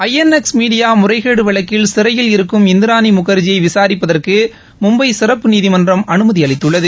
று N X media முறைகேடு வழக்கில் சிறையில் இருக்கும் இந்திராணி முகாஜியை சிபிஐ விசாரிப்பதற்கு மும்பை சிறப்பு நீதிமன்றம் அனுமதி அளித்துள்ளது